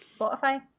Spotify